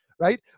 right